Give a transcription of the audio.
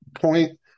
point